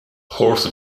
horse